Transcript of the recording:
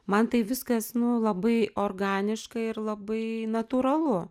man tai viskas nu labai organiška ir labai natūralu